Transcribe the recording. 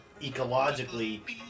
ecologically